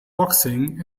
boxing